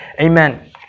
Amen